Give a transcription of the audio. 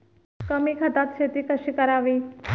कमी खतात शेती कशी करावी?